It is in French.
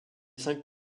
cinq